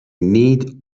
need